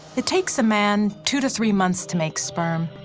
it takes a man two to three months to make sperm,